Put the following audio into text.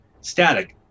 static